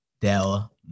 Dell